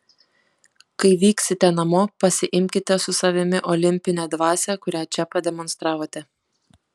kai vyksite namo pasiimkite su savimi olimpinę dvasią kurią čia pademonstravote